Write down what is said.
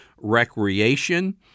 Recreation